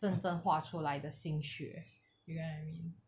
真正画出来的兴趣 you get what I mean